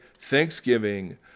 Thanksgiving